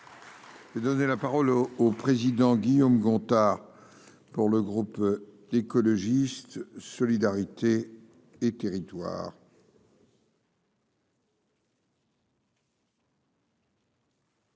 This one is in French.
Et donner la parole au président Guillaume Gontard pour le groupe écologiste solidarité et territoires.